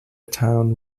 town